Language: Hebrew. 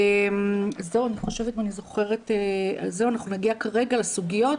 אנחנו נגיע לסוגיות